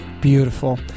Beautiful